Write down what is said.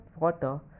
water